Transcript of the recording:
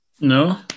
No